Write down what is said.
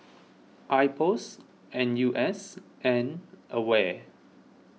Ipos N U S and Aware